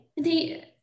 they-